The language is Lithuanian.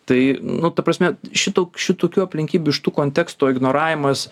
tai nu ta prasme šitoks šitokių aplinkybių iš tų konteksto ignoravimas